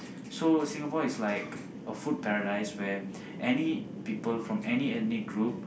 so Singapore is like a food paradise where any people from any ethnic group